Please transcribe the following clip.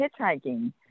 hitchhiking